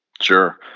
Sure